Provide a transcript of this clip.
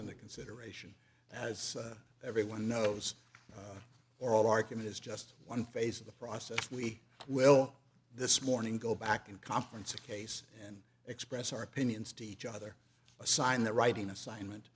under consideration as everyone knows oral argument is just one phase of the process we will this morning go back in conference a case and express our opinions to each other a sign that writing assignment